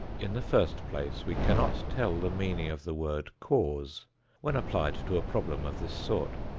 in the first place we cannot tell the meaning of the word cause when applied to a problem of this sort.